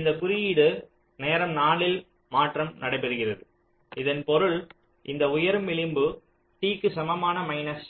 இந்த குறியீடு நேரம் 4 இல் மாற்றம் நடைபெறுகிறது இதன் பொருள் இந்த உயரும் விளிம்பு t க்கு சமமான மைனஸ்